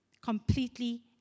completely